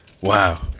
Wow